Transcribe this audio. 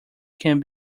can